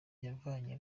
yavanye